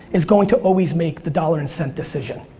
is going to always make the dollar and cent decision.